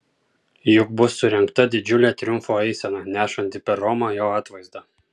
juk bus surengta didžiulė triumfo eisena nešanti per romą jo atvaizdą